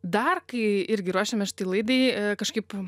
dar kai irgi ruošėmės šitai laidai kažkaip